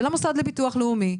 של המוסד לביטוח לאומי,